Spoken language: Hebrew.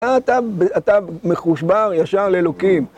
אתה מחושבר ישר לאלוקים.